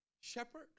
Shepherd